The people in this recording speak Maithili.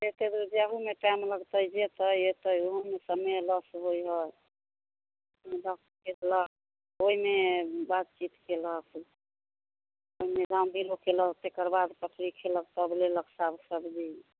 एते दूर जाहूमे टाइम लगतै जेतै एतै ओहूमे समय लॉस होइ हय करलक ओइमे बातचीत केलक ओइमे केलक तकर बाद पटरी खेलक तब लेलक साग सब्जी